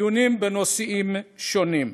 דיונים בנושאים שונים.